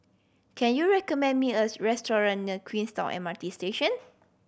can you recommend me a restaurant near Queenstown M R T Station